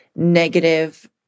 negative